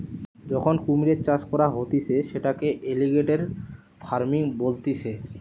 যখন কুমিরের চাষ করা হতিছে সেটাকে এলিগেটের ফার্মিং বলতিছে